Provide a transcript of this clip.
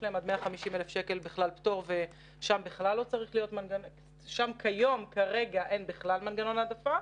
יש להם עד 150,000 שקל בכלל פטור ושם כיום כרגע אין בכלל מנגנון העדפה.